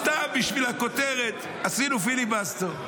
סתם בשביל הכותרת: עשינו פיליבסטר.